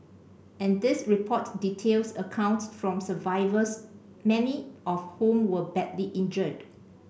and this report details accounts from survivors many of whom were badly injured